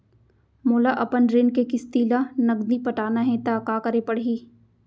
मोला अपन ऋण के किसती ला नगदी पटाना हे ता का करे पड़ही?